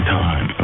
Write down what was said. time